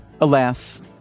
Alas